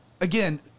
again